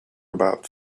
about